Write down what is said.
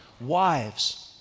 Wives